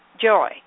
joy